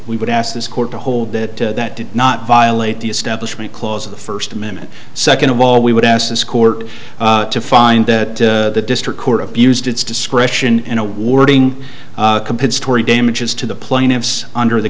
we would ask this court to hold that that did not violate the establishment clause of the first amendment second of all we would ask this court to find that the district court of used its discretion in awarding compensatory damages to the plaintiffs under the